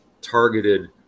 targeted